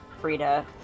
Frida